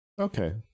Okay